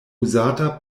uzata